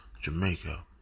Jamaica